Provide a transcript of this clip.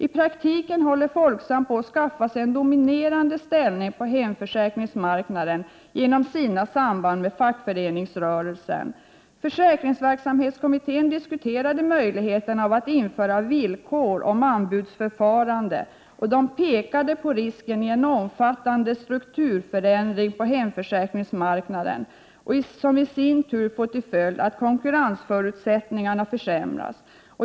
I praktiken håller Folksam på att skaffa sig en dominerande ställning på hemförsäkringsmarknaden genom sina samband med fackföreningsrörelsen. Försäkringsverksamhetskommittén diskuterade möjligheten av att införa villkor om anbudsförfarandet, och det pekade på risken med en omfattande 63 strukturförändring på hemförsäkringsmarknaden, som i sin tur får till följd att konkurrensförutsättningarna försämras.